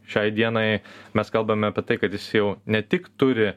šiai dienai mes kalbame apie tai kad jis jau ne tik turi